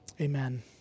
Amen